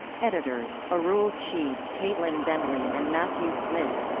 editors arul chib, caitlin bentley and matthew smith